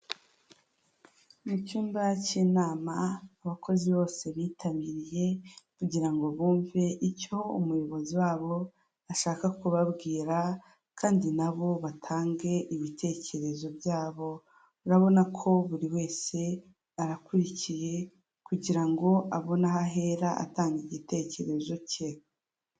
Mu cyumba cy'inama abakozi bose bitabiriye kugira ngo bumve icyo umuyobozi wabo ashaka kubabwira kandi nabo batange ibitekerezo byabo, urabona ko buri wese arakurikiye kugira ngo abone aho ahera atanga igitekerezo cye.